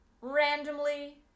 Randomly